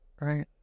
right